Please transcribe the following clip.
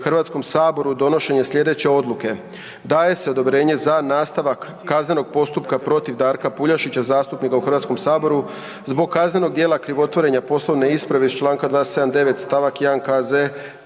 predlaže HS-u donošenje sljedeće odluke: Daje se odobrenje za nastavak kaznenog postupka protiv Darka Puljašića, zastupnika u HS-u zbog kaznenog djela krivotvorenja poslovne isprave iz čl. 279. st. 1.